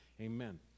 Amen